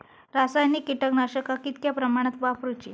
रासायनिक कीटकनाशका कितक्या प्रमाणात वापरूची?